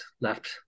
left